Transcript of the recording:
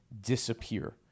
disappear